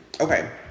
Okay